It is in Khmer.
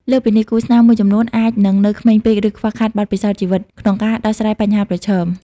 លើសពីនេះ គូស្នេហ៍មួយចំនួនអាចនឹងនៅក្មេងពេក ឬ ខ្វះខាតបទពិសោធន៍ជីវិត ក្នុងការដោះស្រាយបញ្ហាប្រឈម។